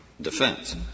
defense